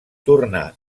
tornà